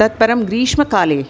ततः परं ग्रीष्मकाले